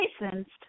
licensed